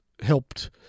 helped